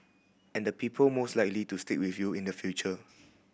and the people most likely to stick with you in the future